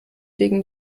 wegen